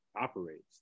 operates